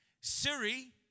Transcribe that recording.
Siri